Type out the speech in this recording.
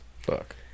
Fuck